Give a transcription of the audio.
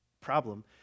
problem